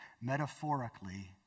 metaphorically